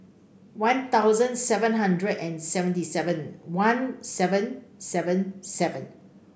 One Thousand seven hundred and seventy seven one seven seven seven